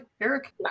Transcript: Eric